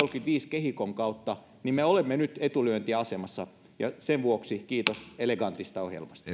kaksituhattakolmekymmentäviisi kehikon kautta me olemme nyt etulyöntiasemassa ja sen vuoksi kiitos elegantista ohjelmasta